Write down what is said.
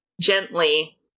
gently